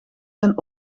zijn